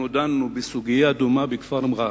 דנו בסוגיה דומה בכפר מע'אר,